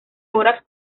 horas